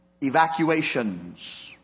evacuations